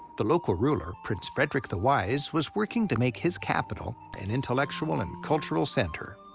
the local ruler, prince frederick the wise, was working to make his capital an intellectual and cultural center.